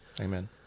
Amen